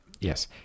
Yes